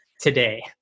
today